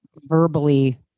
verbally